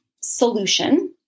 solution